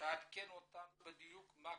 תעדכן אותנו בדיוק מה קורה,